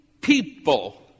people